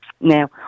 Now